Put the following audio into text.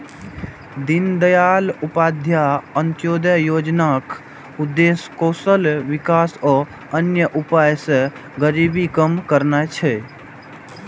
दीनदयाल उपाध्याय अंत्योदय योजनाक उद्देश्य कौशल विकास आ अन्य उपाय सं गरीबी कम करना छै